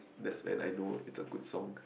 that's when I know it's a good song